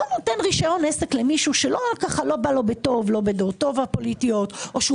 לא נותן רשיון עסק למי שלא בא לו בטוב בדעותיו הפוליטיות או שהוא